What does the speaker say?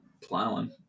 plowing